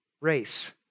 race